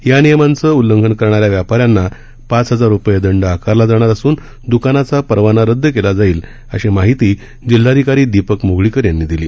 या नियमांचं उल्लंघन करणाऱ्या व्यापाऱ्यांना पाच हजार रुपये दंड आकारण्यात येणार असुन दुकानाचा परवाना रदद केला जाईल अशी माहिती जिल्हाधिकारी दीपक मुगळीकर यांनी दिली